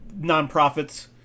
nonprofits